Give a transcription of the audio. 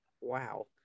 wow